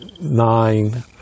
nine